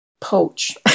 poach